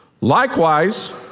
Likewise